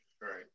Right